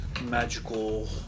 magical